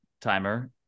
timer